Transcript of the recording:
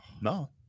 no